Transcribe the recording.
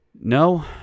No